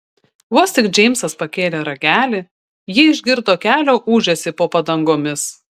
vos tik džeimsas pakėlė ragelį ji išgirdo kelio ūžesį po padangomis